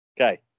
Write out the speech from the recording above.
Okay